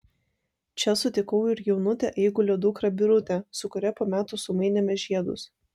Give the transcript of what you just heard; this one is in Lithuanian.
čia sutikau ir jaunutę eigulio dukrą birutę su kuria po metų sumainėme žiedus